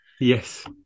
yes